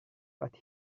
but